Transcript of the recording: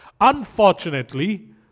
Unfortunately